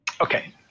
Okay